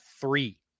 three